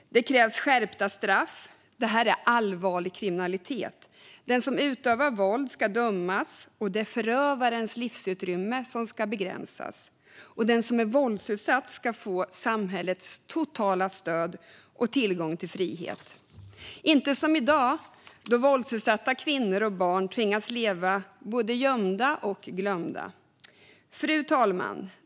Det krävs skärpta straff. Det här är allvarlig kriminalitet. Den som utövar våld ska dömas, och det är förövarens livsutrymme som ska begränsas. Den som är våldsutsatt ska få samhällets totala stöd och tillgång till frihet. Det ska inte vara som i dag då våldsutsatta kvinnor och barn tvingas leva både gömda och glömda. Fru talman!